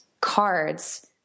cards